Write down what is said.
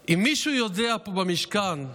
שאם מישהו יודע פה, במשכן,